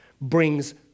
brings